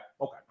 okay